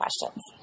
questions